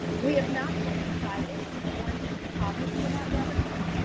we have not yet decided on a topic for that webinar,